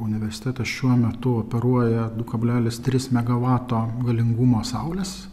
universitetas šiuo metu operuoja du kablelis tris megavato galingumo saulės